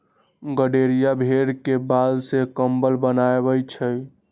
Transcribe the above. गड़ेरिया भेड़ के बाल से कम्बल बनबई छई